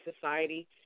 society